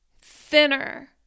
thinner